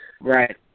Right